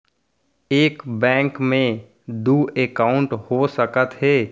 एक बैंक में दू एकाउंट हो सकत हे?